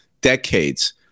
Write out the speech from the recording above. decades